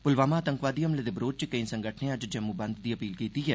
प्लवामा आतंकवादी हमले दे बरोध च केईं संगठनें अज्ज जम्मू बंद दी अपील कीती ऐ